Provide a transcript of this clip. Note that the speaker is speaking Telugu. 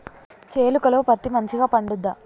చేలుక లో పత్తి మంచిగా పండుద్దా?